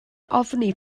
ofni